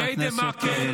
די, די.